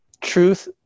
Truth